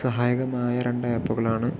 സഹായകമായ രണ്ടു ആപ്പുകളാണ്